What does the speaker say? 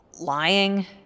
Lying